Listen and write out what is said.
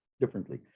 differently